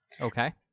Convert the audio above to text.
okay